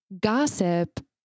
gossip